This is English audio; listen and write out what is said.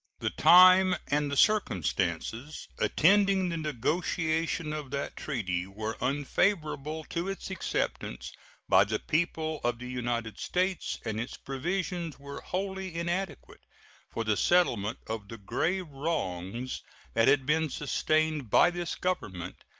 the time and the circumstances attending the negotiation of that treaty were unfavorable to its acceptance by the people of the united states, and its provisions were wholly inadequate for the settlement of the grave wrongs that had been sustained by this government,